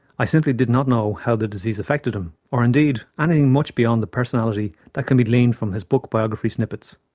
i simply didn't know how the disease affected him, or indeed, anything much beyond the personality that can be gleaned from his book biography snippets.